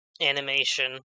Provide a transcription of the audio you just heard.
animation